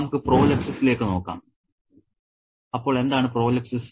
നമുക്ക് പ്രോലെപ്സിസിലേക്ക് നോക്കാം അപ്പോൾ എന്താണ് പ്രോലെപ്സിസ്